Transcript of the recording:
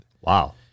wow